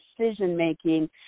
decision-making